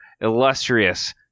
illustrious